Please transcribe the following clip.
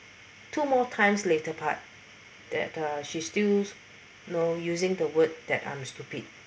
two more times later part that uh she still you know using the word that I'm stupid